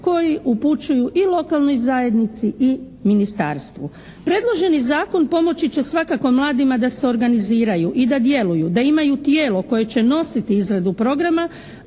koji upućuju i lokalnoj zajednici i ministarstvu. Predloženi zakon pomoći će svakako mladima da se organiziraju i da djeluju, da imaju tijelo koje će nositi izradu programa,